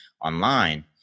online